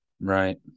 Right